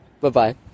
Bye-bye